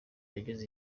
yageze